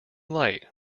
light